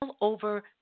over